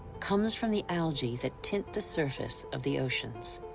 comes from the algae that tint the surface of the oceans.